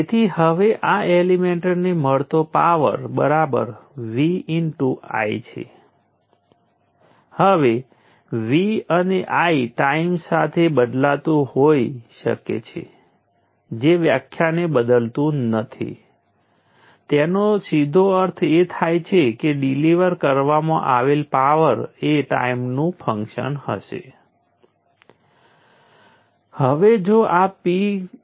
તેથી જો તમે આ પ્રોડક્ટને જુઓ તો આપણી પાસે ખરેખર આ શક્યતાઓ છે ચાલો કહીએ કે કરંટ 0 અને વધતો એટલે કે તેનું ડેરિવેટિવ પણ 0 કરતા વધારે છે તો ઇન્ડક્ટર પાવર શોષી લે કરવામાં આવે છે